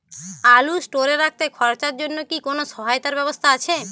আলু স্টোরে রাখতে খরচার জন্যকি কোন সহায়তার ব্যবস্থা আছে?